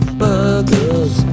burgers